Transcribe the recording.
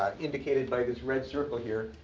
indicated by the red circle here.